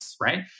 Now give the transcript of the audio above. right